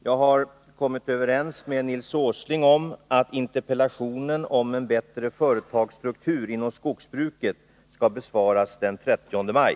Jag har också kommit överens med Jens Eriksson om att interpellationen om finansieringen av fiskebåtar skall besvaras den 30 maj.